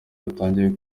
yatangiye